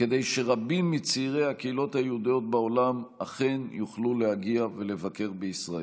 כדי שרבים מצעירי הקהילות היהודיות בעולם אכן יוכלו להגיע ולבקר בישראל.